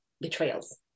betrayals